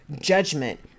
judgment